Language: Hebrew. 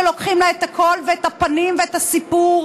שלוקחים לה את הקול ואת הפנים ואת הסיפור.